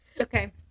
Okay